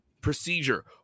procedure